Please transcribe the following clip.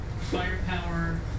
firepower